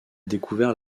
découvert